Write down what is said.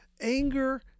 Anger